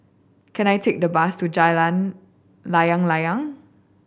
can I take a bus to Jalan Layang Layang